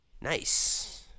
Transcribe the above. Nice